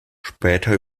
später